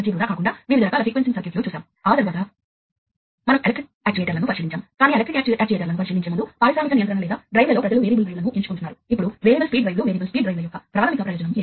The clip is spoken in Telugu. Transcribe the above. ఇప్పుడు వైరింగ్ మొత్తాన్ని చూడండి మూడిటి కోసం మీరు ఆరు అంటే మూడు జతల కండక్టర్లను అమలు చేయాలి